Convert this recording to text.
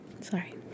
Sorry